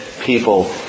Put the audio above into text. people